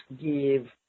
give